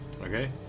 Okay